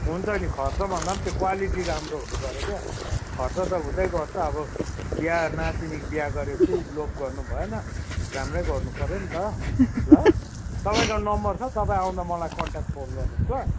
हुन्छ नि खर्चा भन्दा पनि त्यो क्वालिटी राम्रो हुनुपऱ्यो क्या खर्च त हुँदैगर्छ अब बिहा नातिनीको बिहा गरेपछि लोभ गर्नुभएन राम्रै गर्नुपऱ्यो नि त ल तपाईँको नम्बर छ तपाईँ आउँदा मलाई कन्ट्याक्ट गर्नुहोस् ल